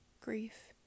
Grief